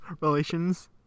relations